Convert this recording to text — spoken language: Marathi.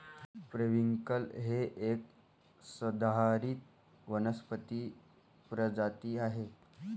पेरिव्हिंकल ही एक सदाहरित वनस्पती प्रजाती आहे